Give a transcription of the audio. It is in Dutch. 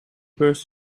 beurs